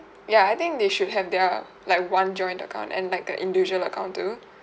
ya I think they should have their like one joint account and like their individual account too